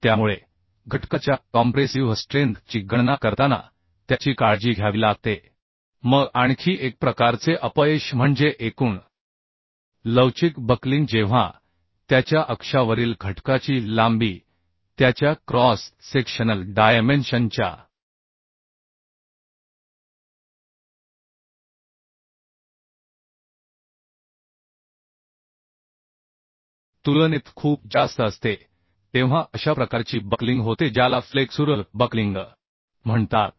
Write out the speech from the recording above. त्यामुळे घटकाच्या compressive strength ची गणना करताना त्याची काळजी घ्यावी लागते मग आणखी एक प्रकारचे अपयश म्हणजे एकूण लवचिक बक्लिंग जेव्हा त्याच्या अक्षावरील घटकाची लांबी त्याच्या क्रॉस सेक्शनल डायमेन्शनच्या तुलनेत खूप जास्त असते तेव्हा अशा प्रकारची बक्लिंग होते ज्याला फ्लेक्सुरल बक्लिंग म्हणतात